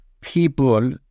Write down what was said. people